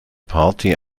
party